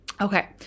Okay